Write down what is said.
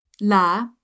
La